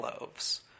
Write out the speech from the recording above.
loaves